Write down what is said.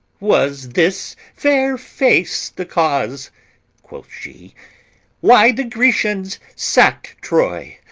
was this fair face the cause quoth she why the grecians sacked troy?